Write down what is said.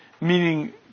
meaning